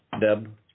Deb